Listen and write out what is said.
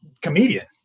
comedian